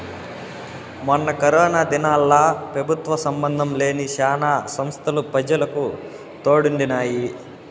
మొన్న కరోనా దినాల్ల పెబుత్వ సంబందం లేని శానా సంస్తలు పెజలకు తోడుండినాయి